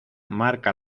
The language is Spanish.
marca